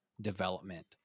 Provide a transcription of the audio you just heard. development